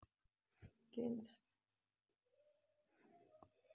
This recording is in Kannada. ಕೇಂದ್ರ ಸರ್ಕಾರದ ಯೋಜನೆಗಳಿಗೆ ಅರ್ಜಿ ಹೆಂಗೆ ಹಾಕೋದು?